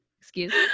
excuse